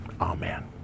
Amen